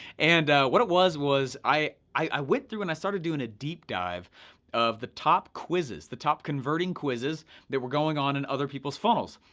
and what it was, was i i went through and i started doing a deep dive of the top quizzes, the top converting quizzes that were going on in other people's funnels.